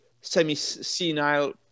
semi-senile